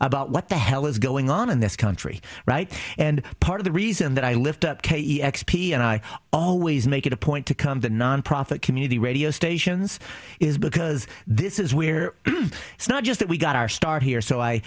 about what the hell is going on in this country right and part of the in that i lift up k e x p and i always make it a point to come the nonprofit community radio stations is because this is where it's not just that we got our start here so i